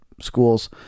schools